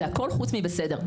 זה הכול חוץ מבסדר.